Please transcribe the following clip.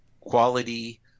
quality